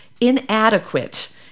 inadequate